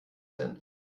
denn